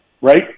Right